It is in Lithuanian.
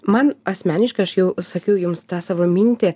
man asmeniškai aš jau sakiau jums tą savo mintį